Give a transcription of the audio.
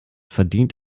verdient